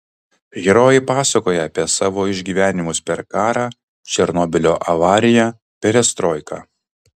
herojai pasakoja apie savo išgyvenimus per karą černobylio avariją perestroiką